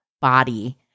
body